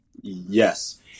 Yes